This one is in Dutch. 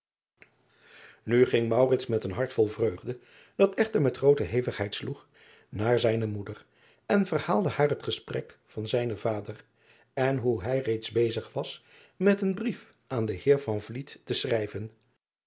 u ging met een hart vol vreugde dat echter met groote hevigheid sloeg naar zijne moeder en verhaalde haar het gesprek van zijnen vader en hoe hij reeds bezig was met een brief aan den eer te schrijven